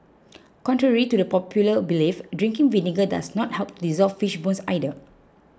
contrary to the popular belief drinking vinegar does not help to dissolve fish bones either